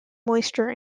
moisture